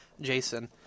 Jason